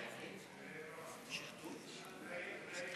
חבר הכנסת אחמד